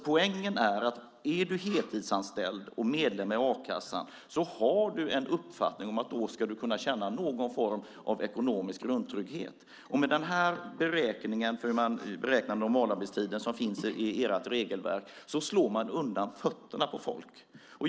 Poängen är att om du är heltidsanställd och medlem i a-kassan har du en uppfattning att du då ska känna någon form av ekonomisk grundtrygghet. Med de regler för att beräkna normalarbetstid som finns i era regelverk slår man undan fötterna för människor.